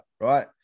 Right